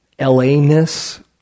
LA-ness